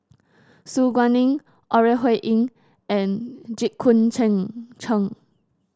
Su Guaning Ore Huiying and Jit Koon Ch'ng